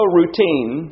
routine